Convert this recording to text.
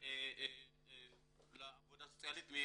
לעבודה סוציאלית.